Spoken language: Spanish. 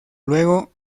luego